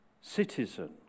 citizen